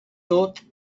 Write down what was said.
tot